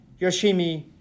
Yoshimi